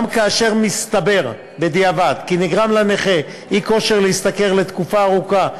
גם כאשר מתברר בדיעבד כי נגרם לנכה אי-כושר להשתכר לתקופה ארוכה,